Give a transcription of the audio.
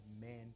man